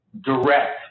direct